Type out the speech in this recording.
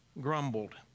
grumbled